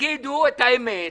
תגידו את האמת: